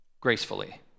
gracefully